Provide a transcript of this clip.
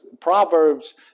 Proverbs